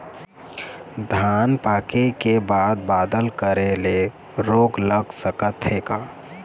धान पाके के बाद बादल करे ले रोग लग सकथे का?